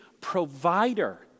provider